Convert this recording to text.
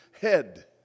head